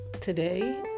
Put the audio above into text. today